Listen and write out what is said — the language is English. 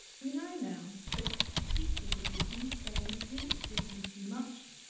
we know now that steep difficulty, staying asleep, sleeping too much,